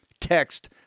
Text